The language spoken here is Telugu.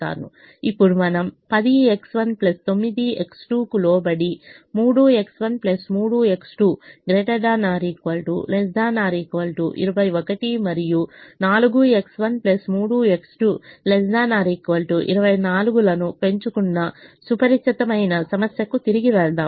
ఇప్పుడు మనం 10X1 9X2 కు లోబడి 3X1 3X2 ≥≤ 21 మరియు 4X1 3X2 ≤ 24 లను పెంచుకున్న సుపరిచితమైన సమస్యకు తిరిగి వెళ్దాము